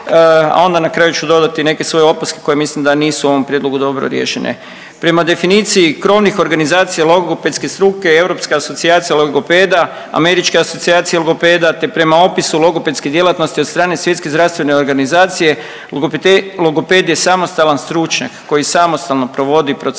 a onda na kraju ću dodati neke svoje opaske koje mislim da nisu u ovom prijedlogu dobro riješene. Prema definiciji krovnih organizacija logopedske struke europska asocijacija logopeda, američke asocijacije logopeda te prema opisu logopedske djelatnosti od strane Svjetske zdravstvene organizacije logoped je samostalan stručnjak koji samostalno provodi proces